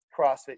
CrossFit